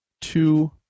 two